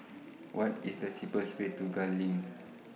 What IS The cheapest Way to Gul LINK